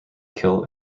kill